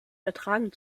ertragen